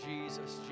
Jesus